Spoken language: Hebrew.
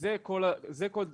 זה כל הדיון.